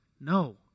No